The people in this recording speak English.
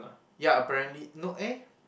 ya apparently no eh